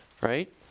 Right